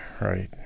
right